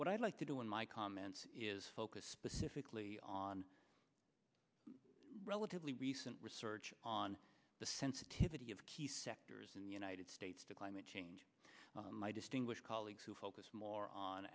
what i'd like to do in my comments is focus specifically on relatively recent research on the sensitivity of key sectors in the united states to climate change my distinguished colleagues who focus more on